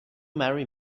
marry